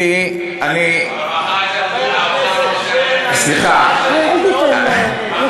סגן שר האוצר אומר אחרת.